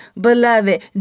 beloved